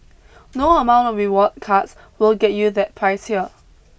no amount of rewards cards will get you that price here